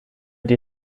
die